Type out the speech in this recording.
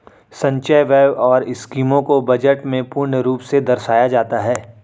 संचय व्यय और स्कीमों को बजट में पूर्ण रूप से दर्शाया जाता है